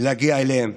להגיע אליהם